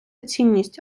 цінність